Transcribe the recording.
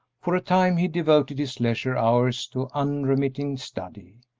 for a time he devoted his leisure hours to unremitting study.